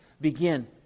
begin